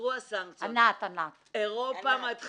הוסרו ממנה הסנקציות, אירופה מתחילה